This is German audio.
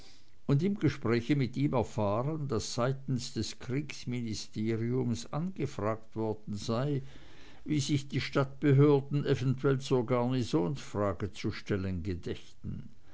und im gespräch mit ihm erfahren daß seitens des kriegsministeriums angefragt worden sei wie sich die stadtbehörden eventuell zur garnisonsfrage zu stellen gedächten